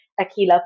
Aquila